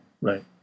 Right